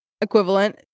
equivalent